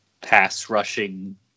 pass-rushing